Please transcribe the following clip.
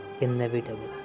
inevitable